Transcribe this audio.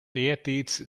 eartiids